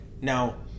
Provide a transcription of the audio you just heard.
now